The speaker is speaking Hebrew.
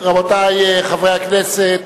רבותי חברי הכנסת,